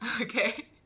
Okay